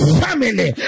family